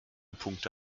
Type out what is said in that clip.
punkte